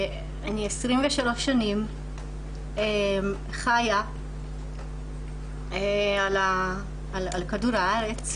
אני 23 שנים חיה על כדור הארץ,